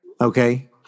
okay